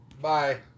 Bye